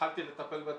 התחלתי לטפל בעצמי,